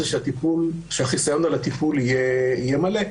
הוא שהחיסיון על הטיפול יהיה מלא.